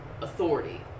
Authority